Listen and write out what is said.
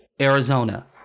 Arizona